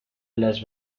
las